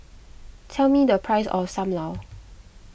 tell me the price of Sam Lau